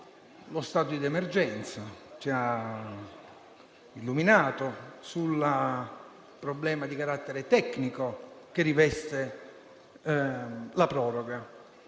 lo stato d'emergenza; ci ha illuminato sul problema di carattere tecnico che riveste la proroga,